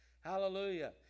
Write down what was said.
Hallelujah